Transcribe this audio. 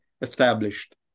established